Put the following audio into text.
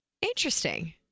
Interesting